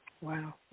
Wow